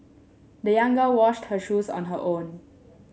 the young girl washed her shoes on her own